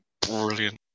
Brilliant